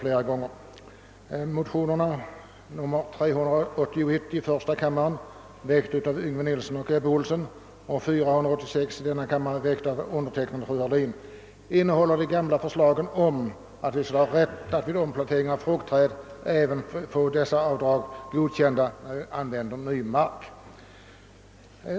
De likalydande motionerna I: 381, väckt av herrar Yngve Nilsson och Ebbe Ohlsson, samt II: 486, väckt av mig själv och fru Heurlin, innehåller det gamla förslaget om att kostnaderna för yrkesfruktodlarnas omplantering av fruktträd skall vara avdragsgilla vid beskattningen även i de fall då omplantering sker på ny mark.